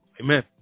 Amen